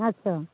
अच्छा